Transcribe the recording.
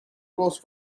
cross